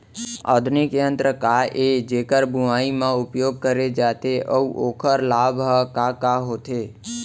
आधुनिक यंत्र का ए जेकर बुवाई म उपयोग करे जाथे अऊ ओखर लाभ ह का का होथे?